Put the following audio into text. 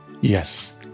Yes